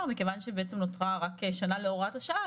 "..מכיוון שבעצם נותרה רק שנה להוראת השעה,